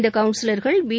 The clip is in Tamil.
இந்த கவுன்சிலா்கள் பி